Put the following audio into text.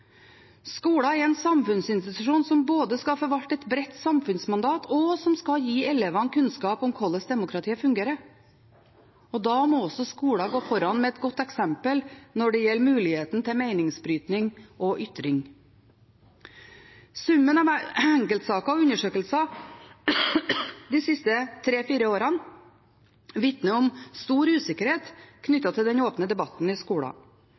Skolen er en samfunnsinstitusjon som både skal forvalte et bredt samfunnsmandat og gi elevene kunnskap om hvordan demokratiet fungerer. Da må også skolen gå foran med et godt eksempel når det gjelder muligheten til meningsbrytning og ytring. Summen av enkeltsaker og undersøkelser de siste tre–fire årene vitner om stor usikkerhet knyttet til den åpne debatten i skolen.